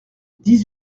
dix